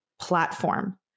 platform